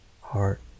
heart